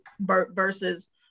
versus